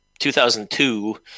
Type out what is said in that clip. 2002